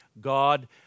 God